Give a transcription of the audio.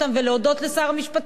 ולהודות לשר המשפטים.